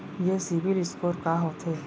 ये CIBIL score का होथे?